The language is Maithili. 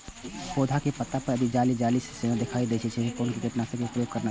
पोधा के पत्ता पर यदि जाली जाली जेना दिखाई दै छै छै कोन कीटनाशक के प्रयोग करना चाही?